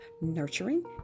nurturing